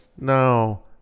no